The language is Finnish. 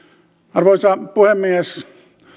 arvoisa puhemies